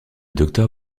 docteur